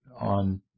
on